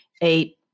eight